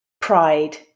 Pride